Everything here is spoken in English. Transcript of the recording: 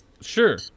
sure